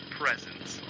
presence